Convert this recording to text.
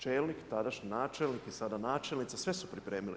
Čelnik, tadašnji načelnik i sada načelnica sve su pripremili.